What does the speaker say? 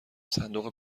صندوق